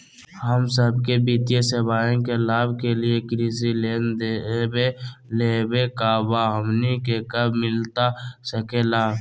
हम सबके वित्तीय सेवाएं के लाभ के लिए कृषि लोन देवे लेवे का बा, हमनी के कब मिलता सके ला?